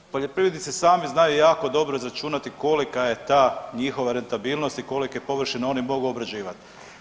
Poljoprivrednici sami znaju jako dobro izračunati kolika je ta njihova rentabilnost i kolike površine oni mogu obrađivat.